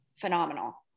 phenomenal